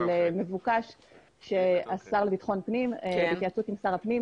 מבוקש שהשר לביטחון פנים בהתייעצות עם שר הפנים